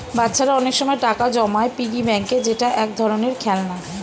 বাচ্চারা অনেক সময় টাকা জমায় পিগি ব্যাংকে যেটা এক ধরনের খেলনা